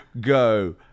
go